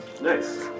Nice